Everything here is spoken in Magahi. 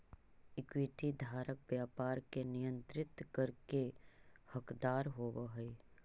इक्विटी धारक व्यापार के नियंत्रित करे के हकदार होवऽ हइ